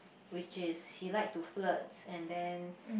which is he like to flirts and then